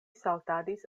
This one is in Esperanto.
saltadis